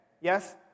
Yes